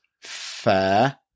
Fair